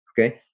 Okay